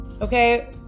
Okay